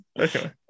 Okay